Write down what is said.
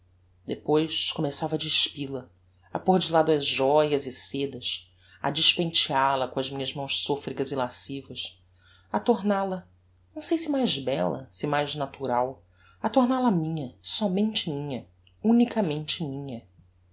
depois começava a despil a a pôr de lado as joias e sedas a despenteal a com as minhas mãos sofregas e lascivas a tornal a não sei se mais bella se mais natural a tornal a minha sómente minha unicamente minha